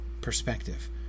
perspective